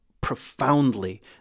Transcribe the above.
profoundly